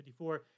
1954